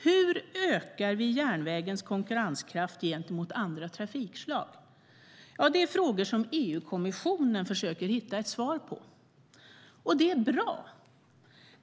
Hur ökar vi järnvägens konkurrenskraft gentemot andra trafikslag? Det är frågor som EU-kommissionen försöker hitta ett svar på. Det är bra.